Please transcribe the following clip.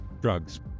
drugs